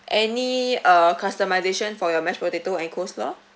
any uh customisation for your mashed potato and coleslaw